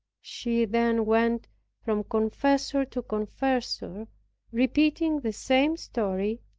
she then went from confessor to confessor, repeating the same story,